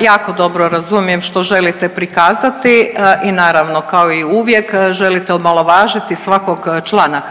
Jako dobro razumijem što želite prikazati i naravno kao i uvijek želite omalovažiti svakog člana